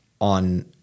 on